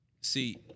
see